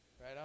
right